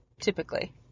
typically